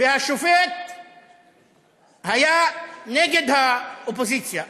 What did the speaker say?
והשופט היה נגד האופוזיציה,